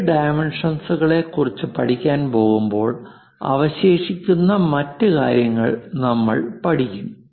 മറ്റ് ഡൈമെൻഷൻസ്കളെക്കുറിച്ച് പഠിക്കാൻ പോകുമ്പോൾ അവശേഷിക്കുന്ന മറ്റു കാര്യങ്ങൾ നമ്മൾ പഠിക്കും